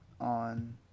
on